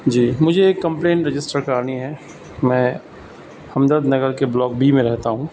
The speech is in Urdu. جی مجھے ایک کمپلین رجسٹر کرانی ہے میں ہمدرد نگر کے بلاک بی میں رہتا ہوں